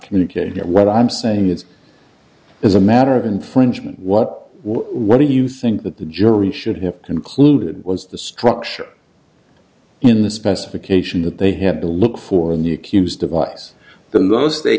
communicate what i'm saying is as a matter of infringement what what do you think that the jury should have concluded was the structure in the specification that they have to look for a new q s device the most they